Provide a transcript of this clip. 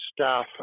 staff